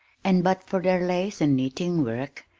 and but for their lace and knitting work,